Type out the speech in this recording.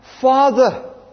Father